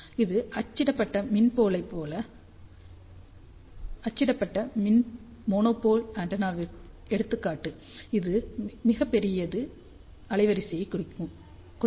இது அச்சிடப்பட்ட மின் மோனோபோல் ஆண்டெனாவின் எடுத்துக்காட்டு இது மிகப் பெரியது அலைவரிசையைக் கொடுக்கும்